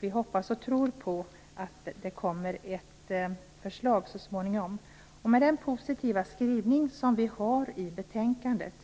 Vi hoppas och tror att det så småningom kommer ett förslag. I och med den positiva skrivningen i betänkandet